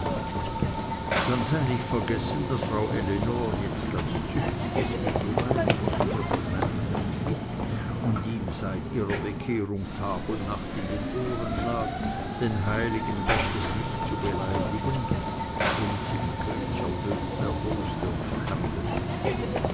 dann sei nicht vergessen daß frau ellenor jetzt als ein züchtiges eheweib nicht mehr von meinem herrn wich und ihm seit ihrer bekehrung tag und nacht in den ohren lag den heiligen gottes nicht zu beleidigen womit sie den könig erboste und verhärtete